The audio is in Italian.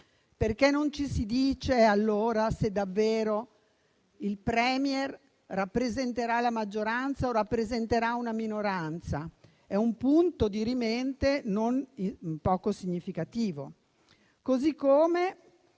Perché non ci si dice, allora, se davvero il *Premier* rappresenterà la maggioranza o rappresenterà una minoranza? È un punto dirimente non poco significativo. Non è